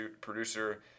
producer